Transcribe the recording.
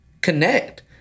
connect